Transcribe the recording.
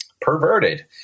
perverted